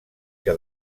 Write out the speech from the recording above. que